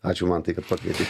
ačiū mantai kad pakvietei